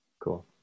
Cool